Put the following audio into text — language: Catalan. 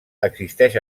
existeix